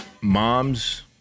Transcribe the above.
moms